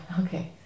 okay